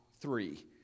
three